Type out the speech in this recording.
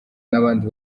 n’abandi